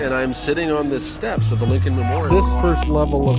and i'm sitting on the steps of the lincoln memorial. first level of